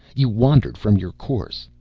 you wandered from your course.